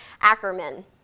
Ackerman